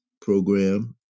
program